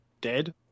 dead